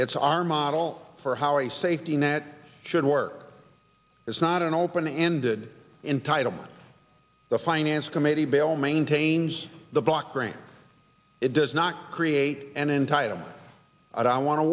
it's our model for how a safety net should work is not an open ended entitle the finance committee bill maintains the block grant it does not create an entitlement but i wan